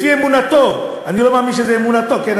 לפי אמונתו, אני לא מאמין שזו אמונתו, כן?